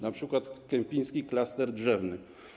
Na przykład kępiński klaster drzewny.